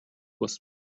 бас